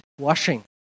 washing